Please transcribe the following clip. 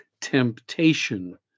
temptation